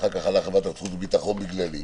שאחר כך הלך לוועדת החוץ וביטחון בגללי,